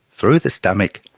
through the stomach,